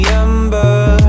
ember